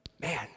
Man